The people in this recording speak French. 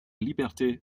liberté